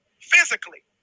physically